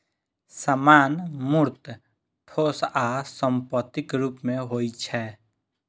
सामान मूर्त, ठोस आ संपत्तिक रूप मे होइ छै